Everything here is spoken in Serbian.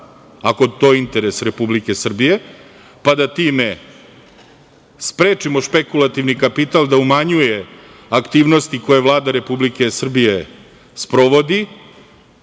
ako je to interes Republike Srbije, pa da time sprečimo špekulativni kapital da umanjuje aktivnosti koje Vlada Republike Srbije sprovodi